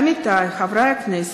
עמיתי חברי הכנסת,